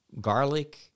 garlic